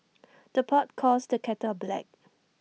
the pot calls the kettle black